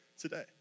today